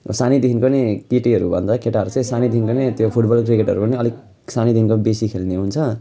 सानैदेखिको नै केटीहरूभन्दा केटाहरू चाहिँ सानैदेखिको नै त्यो फुटबल क्रिकेटहरू पनि अलिक सानैदेखिको बेसी खेल्ने हुन्छ